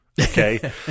Okay